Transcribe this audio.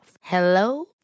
Hello